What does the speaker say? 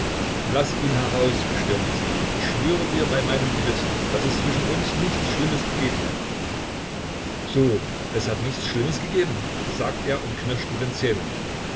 laß ihn heraus bestürmte sie ihn ich schwöre dir bei meinem gewissen daß es zwischen uns nichts schlimmes gegeben hat so es hat nichts schlimmes gegeben sagt er und knirscht mit den zähnen